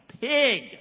pig